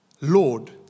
Lord